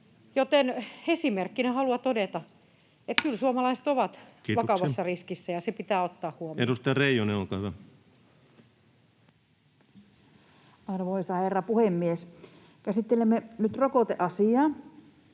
Joten esimerkkinä haluan todeta, että kyllä suomalaiset ovat [Puhemies: Kiitoksia!] vakavassa riskissä, ja se pitää ottaa huomioon. Edustaja Reijonen, olkaa hyvä. Arvoisa herra puhemies! Käsittelemme nyt rokoteasiaa.